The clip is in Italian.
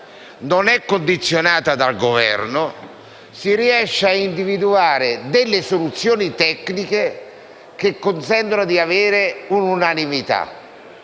non è condizionata dal Governo si riescono ad individuare delle soluzioni tecniche che consentano di arrivare all'unanimità.